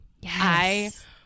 Yes